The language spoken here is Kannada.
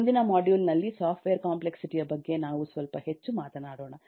ಮುಂದಿನ ಮಾಡ್ಯೂಲ್ ನಲ್ಲಿ ಸಾಫ್ಟ್ವೇರ್ ಕಾಂಪ್ಲೆಕ್ಸಿಟಿ ಯ ಬಗ್ಗೆ ನಾವು ಸ್ವಲ್ಪ ಹೆಚ್ಚು ಮಾತನಾಡೋಣ